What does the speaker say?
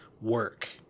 work